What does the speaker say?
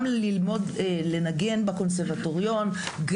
גם ללמוד לנגן בקונסרבטוריון,